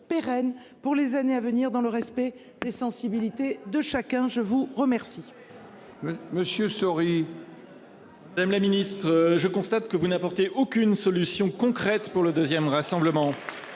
pour les années à venir, dans le respect des sensibilités de chacun. La parole